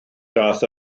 daeth